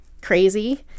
Crazy